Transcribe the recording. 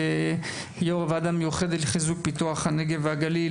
כיו"ר הוועדה המיוחדת לחיזוק ופיתוח הנגב והגליל